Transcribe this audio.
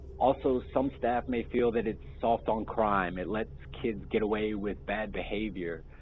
also some staff may feel that it's soft on crime, it lets kids get away with bad behavior,